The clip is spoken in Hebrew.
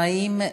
האם,